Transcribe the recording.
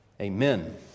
Amen